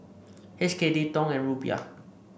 H K D Dong and Rupiah